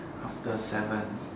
after seven